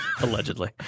Allegedly